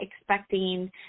expecting